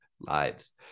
lives